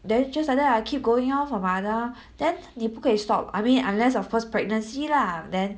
then just like that ah I keep going lor for my underarm then 你不可以 stop I mean unless of course pregnancy lah then